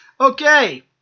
Okay